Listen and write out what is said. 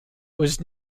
was